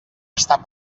estar